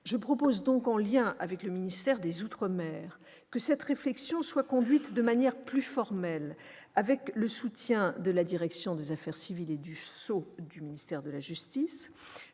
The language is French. Je propose donc, en lien avec le ministère des outre-mer, que cette réflexion soit conduite de manière plus formelle, avec le soutien de la direction des affaires civiles et du sceau du ministère de la justice.